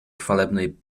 chwalebnej